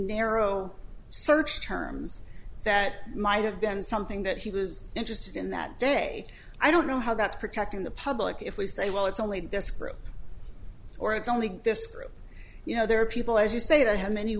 narrow search terms that might have been something that he was interested in that day i don't know how that's protecting the public if we say well it's only this group or it's only this group you know there are people as you say that have many